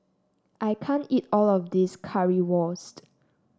I can't eat all of this Currywurst